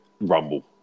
Rumble